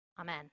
Amen